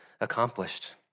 accomplished